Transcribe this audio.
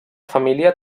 família